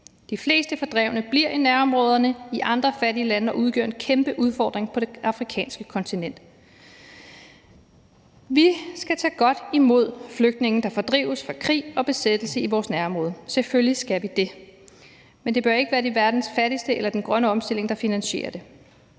De fleste fordrevne bliver i nærområderne, i andre fattige lande, og udgør en kæmpe udfordring på det afrikanske kontinent. Vi skal tage godt imod flygtninge, der fordrives fra krig og besættelse i vores nærområde; selvfølgelig skal vi det. Men det bør ikke være verdens fattigste eller den grønne omstilling, der finansierer det.